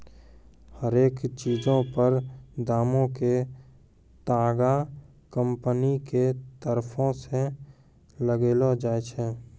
हरेक चीजो पर दामो के तागा कंपनी के तरफो से लगैलो जाय छै